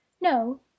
No